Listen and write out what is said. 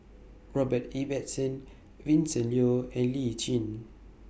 Robert Ibbetson Vincent Leow and Lee Tjin